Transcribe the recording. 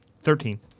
Thirteen